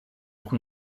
kun